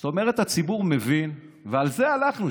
זאת אומרת, הציבור מבין, ועל זה הלכנו.